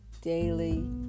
daily